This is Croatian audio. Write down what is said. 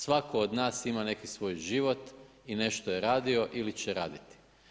Svako od nas ima neki svoj život i nešto je radio ili će raditi.